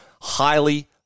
highly